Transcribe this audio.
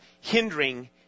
hindering